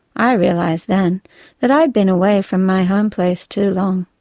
i realised then that i'd been away from my homeplace too long.